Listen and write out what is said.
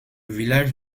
village